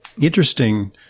interesting